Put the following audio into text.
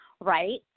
right